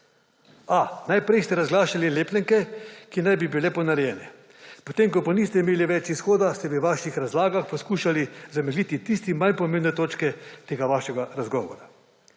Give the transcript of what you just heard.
A najprej ste razglašali lepljenke, ki naj bi bile ponarejene, potem ko pa niste imeli več izhoda, ste v vaših razlagah poskušali zamegliti tiste / nerazumljivo/ točke tega vašega razgovora.